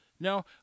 Now